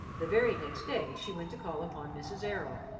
the very next day she went to call upon mrs. errol.